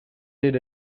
did